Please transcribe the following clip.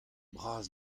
bras